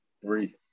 three